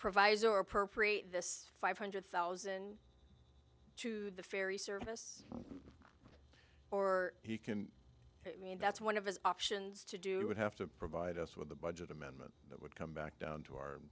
proviso or appropriate this five hundred thousand to the ferry service or he can mean that's one of his options to do it would have to provide us with the budget amendment that would come back down to our